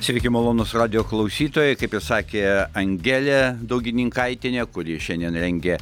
sveiki malonūs radijo klausytojai kaip ir sakė angelė daugininkaitienė kuri šiandien rengia